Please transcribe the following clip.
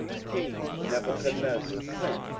king nebuchadnezzar sent,